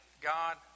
God